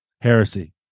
heresy